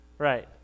Right